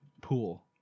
pool